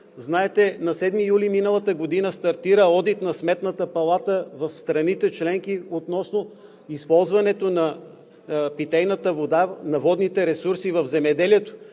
Знаете, на 7 юли миналата година стартира одит на Сметната палата в страните членки относно използването на питейната вода, на водните ресурси в земеделието,